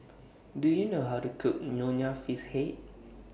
Do YOU know How to Cook Nonya Fish Head